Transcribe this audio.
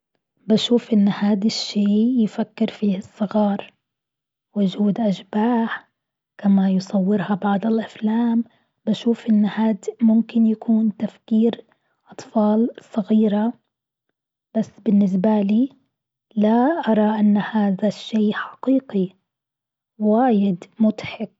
بشوف إن هاد الشيء يفكر فيه الصغار، وجود أشباح كما يصورها بعض الأفلام، بشوف إن هاد ممكن يكون تفكير أطفال صغيرة، بس بالنسبة لي لا أرى إن هذا الشيء حقيقي واجد مضحك.